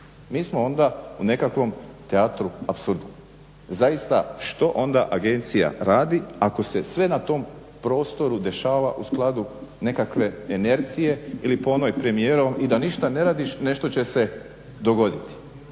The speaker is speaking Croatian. mi smo onda u nekakvom teatru apsurda. Zaista što onda agencija radi ako se sve na tom prostoru dešava u skladu nekakve inercije ili po onoj premijerovoj i da ništa ne radiš nešto će se dogoditi.